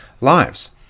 lives